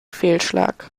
fehlschlag